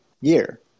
year